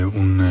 un